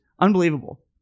unbelievable